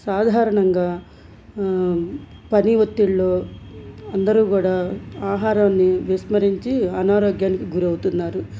సాధారణంగా పని ఒత్తిడిలో అందరూ కూడా ఆహారాన్ని విస్మరించి అనారోగ్యానికి గురవుతున్నారు